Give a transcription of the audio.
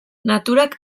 naturak